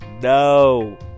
no